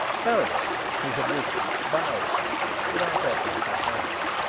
carrados, who had risen, bowed slightly without offering his hand.